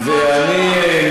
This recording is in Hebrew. בפועל זה מצטמצם, סוגרים תוכניות.